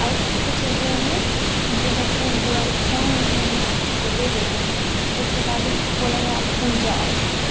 कुछ ऐसे होंगे कि जो बच्चे मतलब फ़ोन उनकी मम्मी पापा उनको दे देते हैं उसके बाद ऊ बोलेंगे अब तुम जाओ